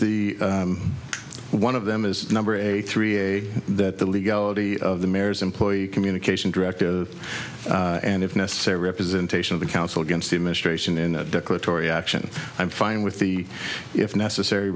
the one of them is number a three a that the legality of the mare's employee communication directive and if necessary representation of the council against the administration in action i'm fine with the if necessary